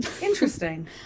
Interesting